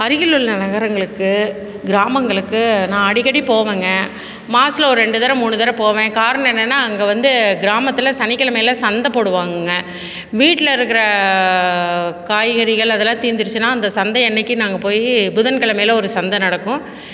அருகில் உள்ள நகரங்களுக்கு கிராமங்களுக்கு நான் அடிக்கடி போவேங்க மாசத்தில் ஒரு ரெண்டு தரம் மூணு தரம் போவேன் காரணோம் என்னென்னால் அங்கே வந்து கிராமத்தில் சனிக்கிழமையில சந்தை போடுவாங்க வீட்டில் இருக்குற காய்கறிகள் அதெலாம் தீர்ந்துருச்சுனா அந்த சந்தை அன்றைக்கி நாங்கள் போய் புதன்கிழமையில் ஒரு சந்தை நடக்கும்